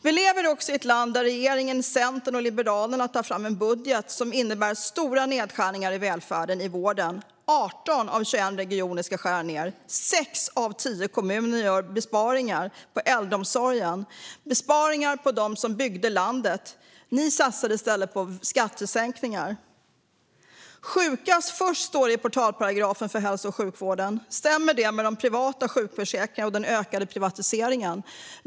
Vi lever också i ett land där regeringen, Centern och Liberalerna har tagit fram en budget som innebär stora nedskärningar i välfärden och vården. 18 av 21 regioner ska skära ned. 6 av 10 kommuner gör besparingar på äldreomsorgen. Det är besparingar på dem som byggde landet. I stället satsar dessa partier på skattesänkningar. "Sjukast först" står det i portalparagrafen för hälso och sjukvården. Stämmer det med de privata sjukförsäkringarna och den ökade privatiseringen?